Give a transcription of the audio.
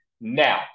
Now